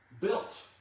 built